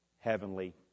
heavenly